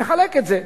נחלק את זה.